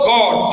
God